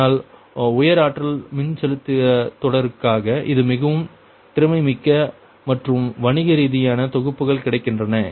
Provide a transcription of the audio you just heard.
ஆனால் உயர் ஆற்றல் மின்செலுத்தத் தொடருக்காக இது மிகவும் திறமைமிக்க மற்றும் வணிக ரீதியான தொகுப்புகள் கிடைக்கின்றன